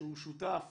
שהוא שותף